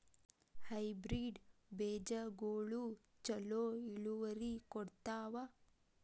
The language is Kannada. ಹೈಬ್ರಿಡ್ ಬೇಜಗೊಳು ಛಲೋ ಇಳುವರಿ ಕೊಡ್ತಾವ?